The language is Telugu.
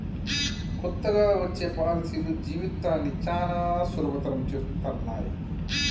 కొత్తగా వచ్చే పాలసీలు జీవితాన్ని చానా సులభతరం చేత్తన్నయి